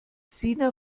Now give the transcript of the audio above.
sina